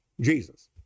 Jesus